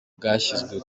bwashyizwe